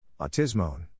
Autismone